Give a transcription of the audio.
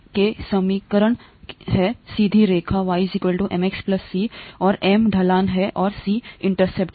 के समीकरण है सीधी रेखा y mx c और m ढलान है c इंटरसेप्ट है